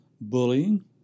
bullying